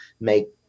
make